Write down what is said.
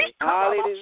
Hallelujah